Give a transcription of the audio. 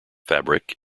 fabric